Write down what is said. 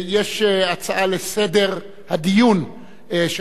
5 הצעה לסדר 6 דב חנין (חד"ש): 6 הצהרת